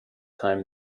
time